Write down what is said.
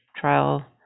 trial